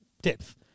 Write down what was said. depth